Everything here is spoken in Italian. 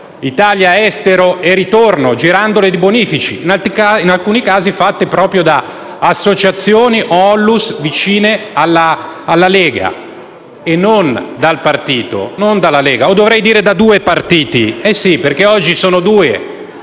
Italia-estero e ritorno, girandole di bonifici, in alcuni casi fatti proprio da associazioni e ONLUS vicine alla Lega e non dal partito, non dalla Lega, o dovrei dire dai due partiti. Sì, perché oggi sono due,